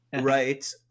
Right